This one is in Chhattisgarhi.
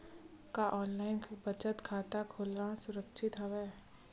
का ऑनलाइन बचत खाता खोला सुरक्षित हवय?